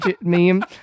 meme